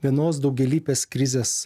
vienos daugialypės krizės